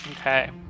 okay